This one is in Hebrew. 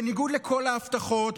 בניגוד לכל ההבטחות,